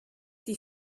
die